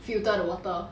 filter the water